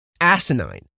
asinine